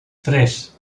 tres